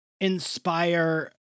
inspire